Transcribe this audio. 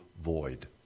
void